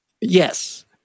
Yes